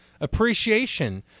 appreciation